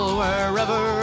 wherever